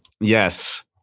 Yes